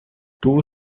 two